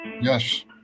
Yes